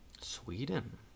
Sweden